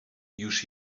już